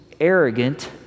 arrogant